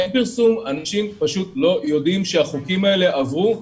אין פרסום ואנשים פשוט לא יודעים שהחוקים האלה עברו.